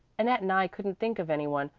annette and i couldn't think of any one,